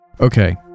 Okay